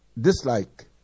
dislike